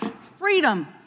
Freedom